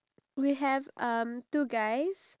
if I were to look it at a whole